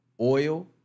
oil